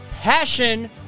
passion